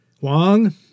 Wang